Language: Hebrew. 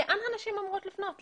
לאן הנשים אמורות לפנות,